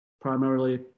primarily